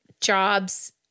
jobs